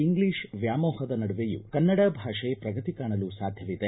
English ವ್ಯಾಮೋಹದ ನಡುವೆಯೂ ಕನ್ನಡ ಭಾಷೆ ಪ್ರಗತಿ ಕಾಣಲು ಸಾಧ್ಯವಿದೆ